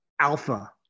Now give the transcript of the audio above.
alpha